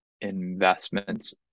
investments